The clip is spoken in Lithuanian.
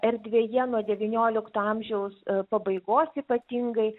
erdvėje nuo devyniolikto amžiaus pabaigos ypatingai